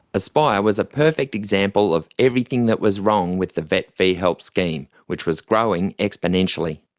aspire was a perfect example of everything that was wrong with the vet fee-help scheme, which was growing exponentially.